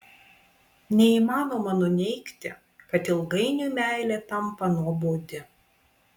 neįmanoma nuneigti kad ilgainiui meilė tampa nuobodi